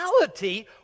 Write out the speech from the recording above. reality